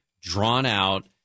drawn-out